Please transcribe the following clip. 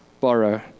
borrow